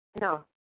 No